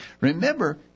Remember